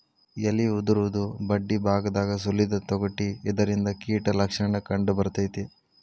ಎಲಿ ಉದುರುದು ಬಡ್ಡಿಬಾಗದಾಗ ಸುಲಿದ ತೊಗಟಿ ಇದರಿಂದ ಕೇಟ ಲಕ್ಷಣ ಕಂಡಬರ್ತೈತಿ